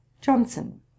Johnson